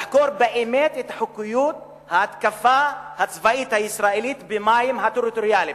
לחקור באמת את חוקיות ההתקפה הצבאית הישראלית במים הטריטוריאליים.